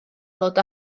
ddod